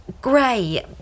grey